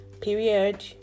Period